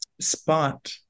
spot